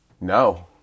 No